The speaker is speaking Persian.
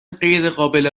غیرقابل